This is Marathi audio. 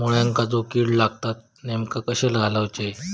मुळ्यांका जो किडे लागतात तेनका कशे घालवचे?